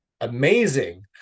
amazing